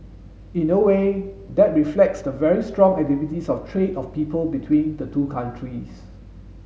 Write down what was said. in a way that reflects the very strong activities of trade of people between the two countries